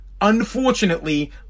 unfortunately